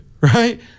right